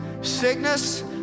sickness